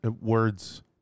words